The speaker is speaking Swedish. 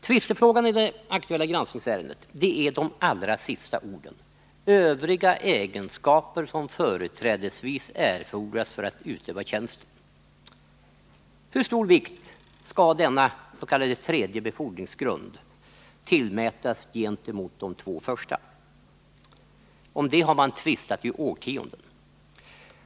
Tvistefrågan i det aktuella granskningsärendet är de allra sista orden i 17 kap. 15 § skolförordningen — övriga egenskaper som företrädesvis fordras för att utöva tjänsten. Hur stor vikt skall denna s.k. tredje befordringsgrund tillmätas gentemot de två första? Om detta har man tvistat i årtionden.